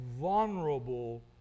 vulnerable